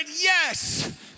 yes